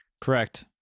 Correct